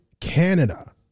Canada